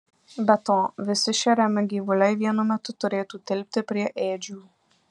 be to visi šeriami gyvuliai vienu metu turėtų tilpti prie ėdžių